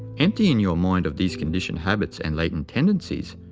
emptying your mind of these conditioned habits and latent tendencies,